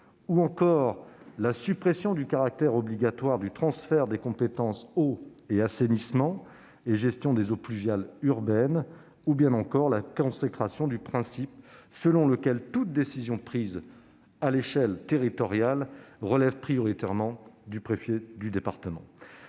compétences, la suppression du caractère obligatoire du transfert des compétences « eau » et « assainissement » et de la gestion des eaux pluviales urbaines ou encore la consécration du principe selon lequel toute décision prise à l'échelon territorial relève prioritairement du préfet de département.